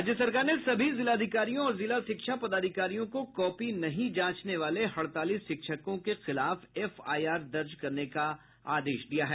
राज्य सरकार ने सभी जिलाधिकारियों और जिला शिक्षा पदाधिकारियों को कॉपी नहीं जांचने वाले हड़ताली शिक्षकों के खिलाफ एफआईआर दर्ज करने का आदेश दिया है